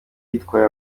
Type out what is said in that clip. yitwaje